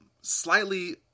slightly